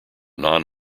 non